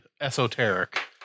esoteric